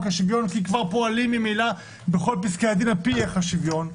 השוויון כי כבר פועלים ממילא בכל פסקי הדין על פי ערך השוויון.